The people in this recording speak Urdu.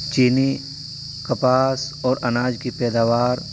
چینی کپاس اور اناج کی پیداوار